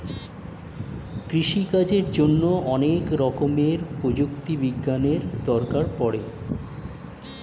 কৃষিকাজের জন্যে অনেক রকমের প্রযুক্তি বিজ্ঞানের দরকার পড়ে